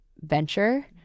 venture